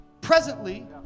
presently